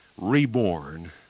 reborn